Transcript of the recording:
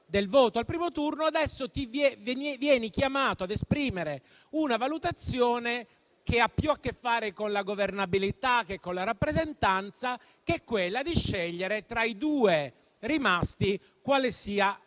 del voto al primo turno, adesso vieni chiamato ad esprimere una valutazione che ha più a che fare con la governabilità che con la rappresentanza, quella di scegliere, tra i due rimasti, quale sia la